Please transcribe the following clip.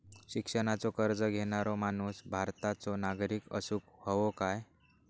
शिक्षणाचो कर्ज घेणारो माणूस भारताचो नागरिक असूक हवो काय?